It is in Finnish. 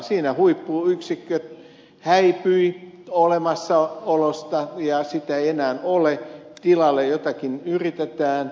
siinä huippuyksikkö häipyi olemassaolosta ja sitä ei enää ole tilalle jotakin yritetään